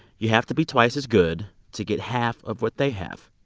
you have to be twice as good to get half of what they have.